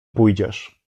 pójdziesz